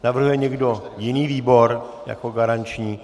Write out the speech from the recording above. Navrhuje někdo jiný výbor jako garanční?